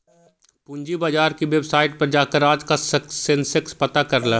पूंजी बाजार की वेबसाईट पर जाकर आज का सेंसेक्स पता कर ल